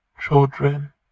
children